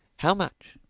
how much?